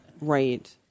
right